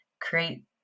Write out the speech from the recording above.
create